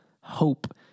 hope